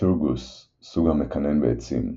Lithurgus – סוג המקנן בעצים.